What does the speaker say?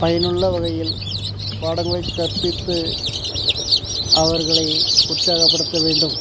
பயனுள்ள வகையில் பாடங்களை கற்பித்து அவர்களை உற்சாகப்படுத்த வேண்டும்